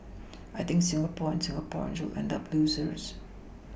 I think Singapore and Singaporeans will end up losers